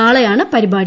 നാളെയാണ് പരിപാടി